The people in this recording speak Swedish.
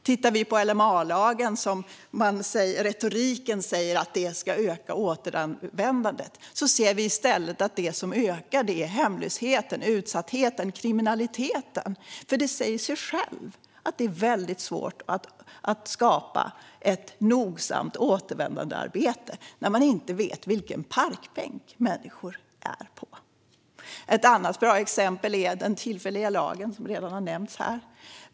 Tittar vi på LMA, som retoriken säger ska öka återvändandet, ser vi att det som i stället ökar är hemlösheten, utsattheten och kriminaliteten. Det säger nämligen sig självt att det är väldigt svårt att skapa ett nogsamt återvändandearbete när man inte vet vilken parkbänk människor sitter på. Ett annat bra exempel är den tillfälliga lagen, som redan har nämnts här.